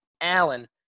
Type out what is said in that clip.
Allen